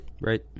Right